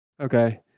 okay